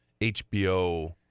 HBO